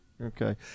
Okay